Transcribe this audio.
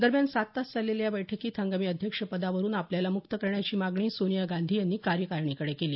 दरम्यान सात तास चाललेल्या या बैठकीत हंगामी अध्यक्ष पदावरून आपल्याला मुक्त करण्याची मागणी सोनिया गांधी यांनी कार्यकारिणीकडे केली